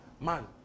man